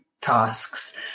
tasks